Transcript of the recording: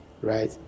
right